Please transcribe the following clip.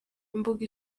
imbuga